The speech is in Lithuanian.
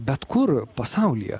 bet kur pasaulyje